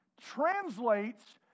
translates